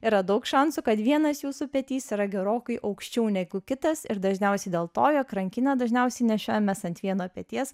yra daug šansų kad vienas jūsų petys yra gerokai aukščiau negu kitas ir dažniausiai dėl to jog rankinę dažniausiai nešiojamės ant vieno peties